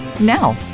Now